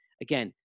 Again